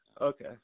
okay